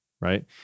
right